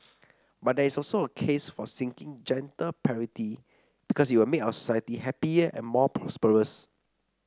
but there is also a case for seeking gender parity because it will make our society happier and more prosperous